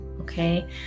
okay